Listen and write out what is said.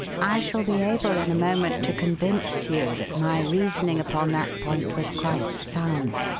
i shall be able in a moment to convince you that my reasoning upon that point was quite sound,